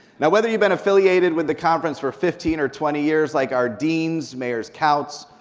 now whether you've been affiliated with the conference for fifteen or twenty years like our deans, mayors couts,